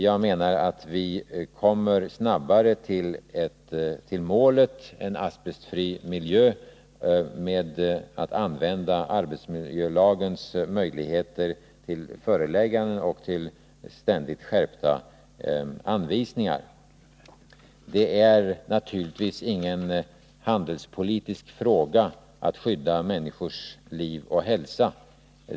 Jag menar att vi kommer snabbare till målet, en asbestfri miljö, genom att använda arbetsmiljölagens möjligheter till förelägganden och till ständigt skärpta anvisningar. Det är naturligtvis ingen handelspolitisk fråga att skydda människors liv och hälsa.